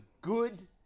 good –